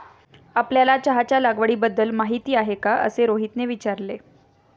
आपल्याला चहाच्या लागवडीबद्दल माहीती आहे का असे रोहितने विचारले?